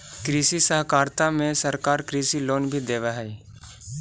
कृषि सहकारिता में सरकार कृषि लोन भी देब हई